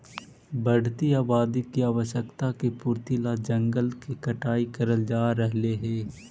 बढ़ती आबादी की आवश्यकता की पूर्ति ला जंगल के कटाई करल जा रहलइ हे